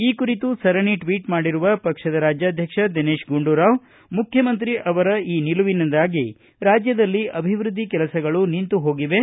ಈ ಕುರಿತು ಸರಣಿ ಟ್ವೀಟ್ ಮಾಡಿರುವ ಪಕ್ಷದ ರಾಜ್ಯಾಧ್ಯಕ್ಷ ದಿನೇತ ಗುಂಡೂರಾವ್ ಮುಖ್ಯಮಂತ್ರಿ ಅವರ ಈ ನಿಲುವಿನಿಂದಾಗಿ ರಾಜ್ಯದಲ್ಲಿ ಅಭಿವೃದ್ಧಿ ಕೆಲಸಗಳು ನಿಂತು ಹೋಗಿವೆ